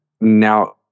now